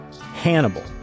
Hannibal